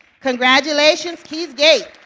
congratulations keys gate.